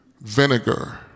vinegar